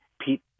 Pete